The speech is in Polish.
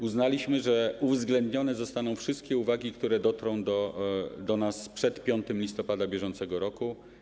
Uznaliśmy, że uwzględnione zostaną wszystkie uwagi, które dotrą do nas przed 5 listopada br.